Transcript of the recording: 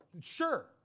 Sure